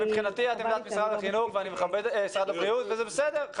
מבחינתי את מביאה את עמדת משרד הבריאות וזה בסדר ואני מכבד את זה.